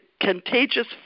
contagious